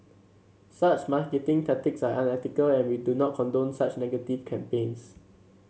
such marketing tactics are unethical and we do not condone such negative campaigns